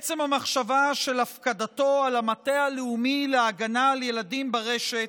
עצם המחשבה של הפקדתו על המטה הלאומי להגנה על ילדים ברשת